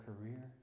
career